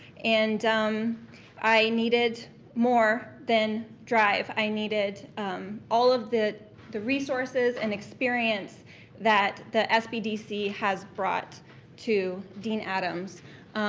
and um i needed more than drive. i needed all of the the resources and experience that the sbdc has brought to dene adams.